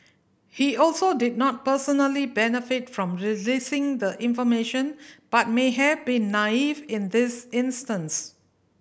he also did not personally benefit from releasing the information but may have been naive in this instance